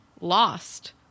lost